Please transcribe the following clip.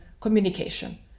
communication